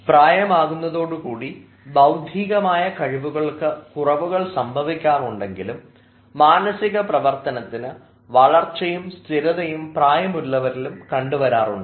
പ്രായമാകുന്നതോടെ കൂടി ബൌദ്ധികമായ കഴിവുകൾക്ക് കുറവുകൾ സംഭവിക്കാറുണ്ട് എങ്കിലും മാനസിക പ്രവർത്തനത്തിന് വളർച്ചയും സ്ഥിരതയും പ്രായമായവരിലും കണ്ടുവരാറുണ്ട്